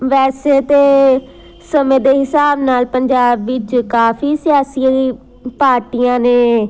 ਵੈਸੇ ਤਾਂ ਸਮੇਂ ਦੇ ਹਿਸਾਬ ਨਾਲ ਪੰਜਾਬ ਵਿੱਚ ਕਾਫੀ ਸਿਆਸੀ ਪਾਰਟੀਆਂ ਨੇ